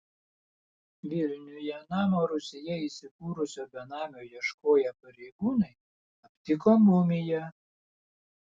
vilniuje namo rūsyje įsikūrusio benamio ieškoję pareigūnai aptiko mumiją